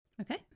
Okay